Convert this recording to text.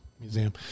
Museum